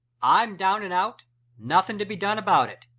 i'm down and out nothing to be done about it.